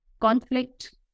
Conflict